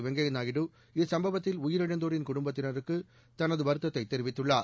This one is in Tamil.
வெங்கப்யா நாயுடு இச்சம்பவத்தில் உயிரிழந்தோரின் குடும்பத்திற்கு தனது இரங்கலை தெரிவித்துள்ளார்